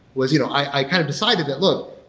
was you know i kind of decided that, look,